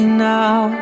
now